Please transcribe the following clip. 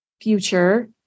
future